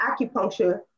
acupuncture